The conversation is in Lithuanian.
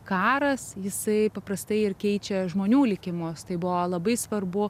karas jisai paprastai ir keičia žmonių likimus tai buvo labai svarbu